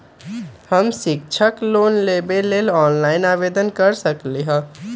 हम शैक्षिक लोन लेबे लेल ऑनलाइन आवेदन कैसे कर सकली ह?